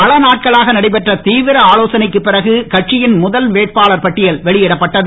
பல நாட்களாக நடைபெற்ற தீவிர ஆலோசனைக்கு பிறகு கட்சியின் முதல் வேட்பாளர் பட்டியல் வெளியிடப்பட்டது